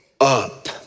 up